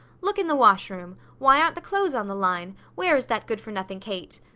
look in the wash room! why aren't the clothes on the line? where is that good-for-nothing kate?